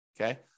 Okay